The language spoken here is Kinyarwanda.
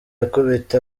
akubita